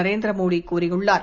நரேந்திர மோடி கூறியுள்ளார்